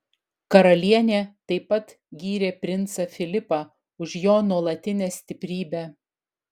karalienė taip pat gyrė princą filipą už jo nuolatinę stiprybę